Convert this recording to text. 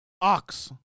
Ox